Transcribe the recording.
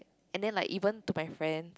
and then like even to my friends